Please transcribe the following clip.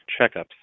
checkups